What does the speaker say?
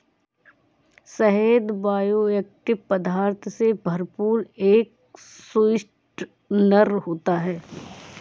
शहद बायोएक्टिव पदार्थों से भरपूर एक स्वीटनर होता है